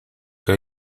que